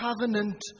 covenant